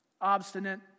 obstinate